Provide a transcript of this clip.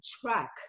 track